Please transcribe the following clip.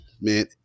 man